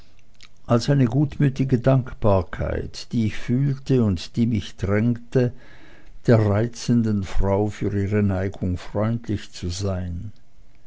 als eine gutmütige dankbarkeit die ich fühlte und die mich drängte der reizenden frau für ihre neigung freundlich zu sein